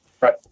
Right